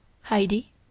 Heidi